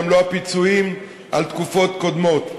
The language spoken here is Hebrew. גם לא הפיצויים על תקופות קודמות.